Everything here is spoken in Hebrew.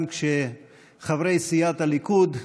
גם חברי סיעת הליכוד,